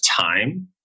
time